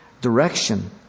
direction